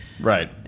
Right